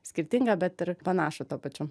skirtingą bet ir panašų tuo pačiu